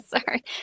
Sorry